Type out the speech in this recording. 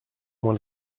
moins